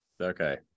okay